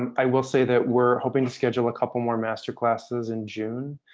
and i will say that we're hoping to schedule a couple more master classes in june.